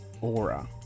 aura